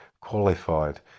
qualified